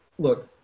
Look